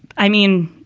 i mean,